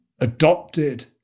adopted